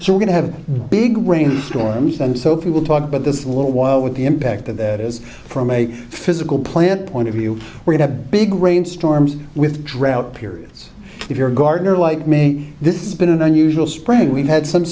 so we're going to have big rainstorms and so people talk about this little while with the impact of that is from a physical plant point of view we're in a big rainstorms with drought periods if you're gartner like me this is been an unusual spring we've had some